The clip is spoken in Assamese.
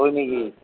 হয় নেকি